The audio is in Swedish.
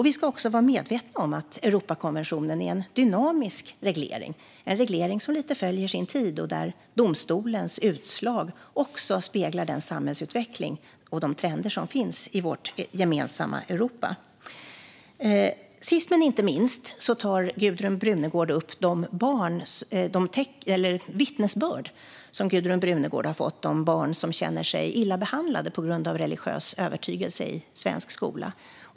Vi ska också vara medvetna om att Europakonventionen är en dynamisk reglering som följer sin tid och där domstolens utslag speglar den samhällsutveckling och de trender som finns i vårt gemensamma Europa. Sist men inte minst tar Gudrun Brunegård upp de vittnesbörd som hon fått om barn som känner sig illa behandlade i svensk skola på grund av religiös övertygelse.